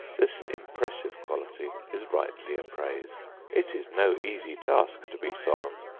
this impressive quality is rightly appraised it is no easy task to be solemn.